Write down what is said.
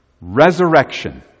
resurrection